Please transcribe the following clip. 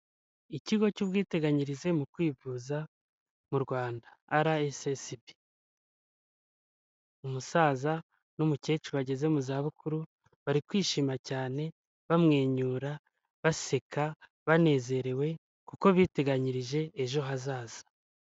Ikigo cy'ubwiteganyirize mu kwivuza mu Rwanda, ara esesebi, umusaza n'umukecuru bageze mu zabukuru bari kwishima cyane bamwenyura baseka banezerewe kuko biteganyirije ejo hazaza.